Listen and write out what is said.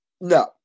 No